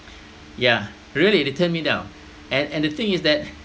ya really they turn me down and and the thing is that